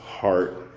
heart